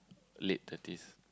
late thirties